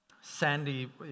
Sandy